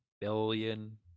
billion